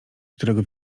którego